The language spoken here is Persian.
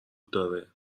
داره